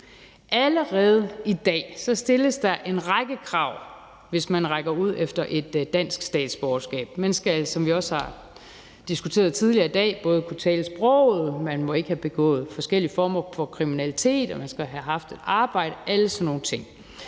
Allerede i dag stilles der en række krav, hvis man rækker ud efter et dansk statsborgerskab. Man skal, som vi også har diskuteret tidligere i dag, kunne tale sproget, man må ikke have begået forskellige former for kriminalitet, man skal have haft et arbejde – alle sådan nogle ting